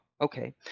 okay